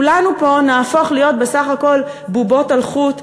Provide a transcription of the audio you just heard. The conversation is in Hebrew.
כולנו פה נהפוך להיות בסך הכול בובות על חוט,